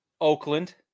Oakland